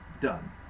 done